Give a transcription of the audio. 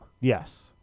Yes